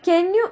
can you